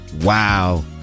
Wow